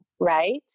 right